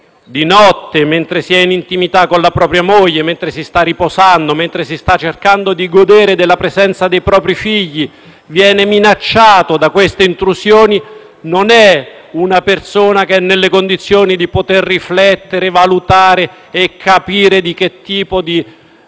di notte, mentre si è in intimità con la propria moglie, mentre si sta riposando, mentre si sta cercando di godere della presenza dei propri figli, viene minacciato da queste intrusioni, non è una persona che è nelle condizioni di poter riflettere, valutare e capire che tipo di